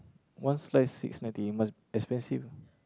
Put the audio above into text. one slice six ninety must expensive